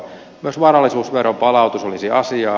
myös varallisuusveron palautus olisi asiaa